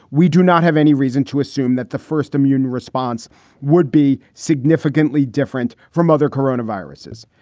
we do not have any reason to assume that the first immune response would be significantly different from other corona viruses.